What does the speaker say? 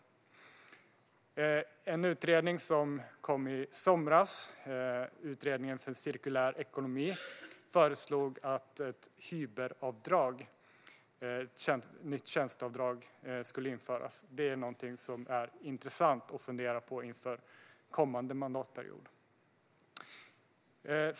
I en utredning som kom i somras, utredningen om cirkulär ekonomi, föreslogs att ett hyberavdrag, ett nytt tjänsteavdrag, skulle införas. Det är intressant att fundera på inför kommande mandatperiod.